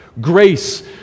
Grace